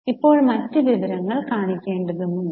ഇപ്പോൾ മറ്റ് വിവരങ്ങൾ കാണിക്കേണ്ടതുണ്ട്